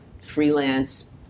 freelance